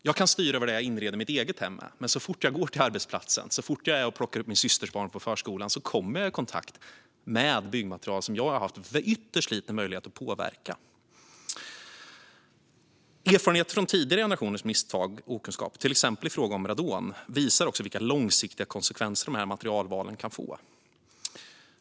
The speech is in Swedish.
Jag kan styra vad jag inreder mitt eget hem med, men så fort jag går till arbetsplatsen eller så fort jag plockar upp min systers barn på förskolan kommer jag i kontakt med byggmaterial som jag har haft ytterst liten möjlighet att påverka. Erfarenheter från tidigare generationers misstag och okunskap, till exempel i fråga om radon, visar vilka långsiktiga konsekvenser materialvalen kan få.